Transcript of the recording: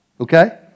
Okay